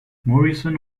morrison